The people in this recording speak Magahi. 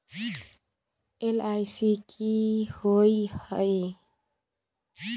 एल.आई.सी की होअ हई?